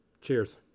cheers